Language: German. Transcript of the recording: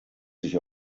sich